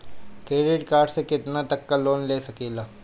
Credit card से कितना तक लोन ले सकईल?